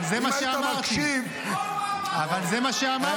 אם היית מקשיב --- אבל זה מה שאמרתי.